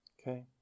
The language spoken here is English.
Okay